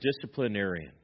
disciplinarian